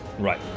right